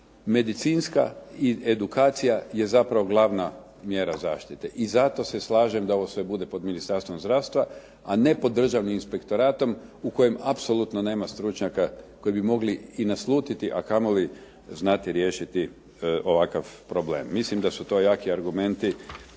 medicinska edukacija je zapravo glavna mjera zaštite i zato se slažem da ovo sve bude pod Ministarstvom zdravstva a ne pod Državnim inspektoratom u kojem apsolutno nema stručnjaka koji bi mogli i naslutiti a kamoli znati riješiti ovakav problem. Mislim da su to jaki argumenti